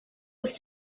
with